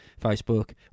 Facebook